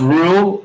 rule